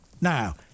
Now